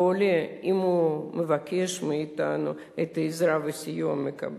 עולה, אם הוא מבקש מאתנו עזרה וסיוע, הוא מקבל.